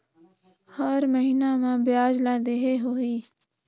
हर महीना मा ब्याज ला देहे होही?